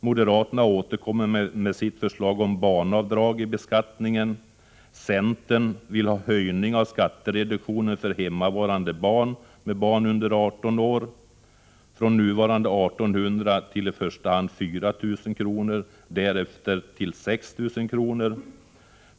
Moderaterna ' återkommer med sitt förslag om barnavdrag vid beskattningen, centern vill ha höjning av skattereduktionen för hemmavarande med barn under 18 år, från nuvarande 1 800 kr. till i första hand 4 000 kr., därefter till 6 000 kr.